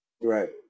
Right